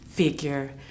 figure